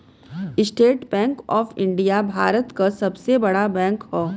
estate Bank of India Bharat क सबसे बड़ा बैंक हौ